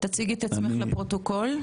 תציגי את עצמך לפרוטוקול.